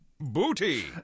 Booty